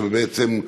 שבעצם,